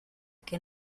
que